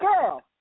Girl